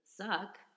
Suck